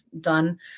done